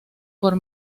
por